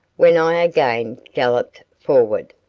when i again galloped forward.